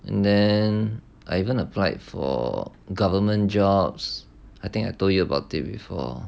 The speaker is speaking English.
and then even applied for government jobs I think I told you about it before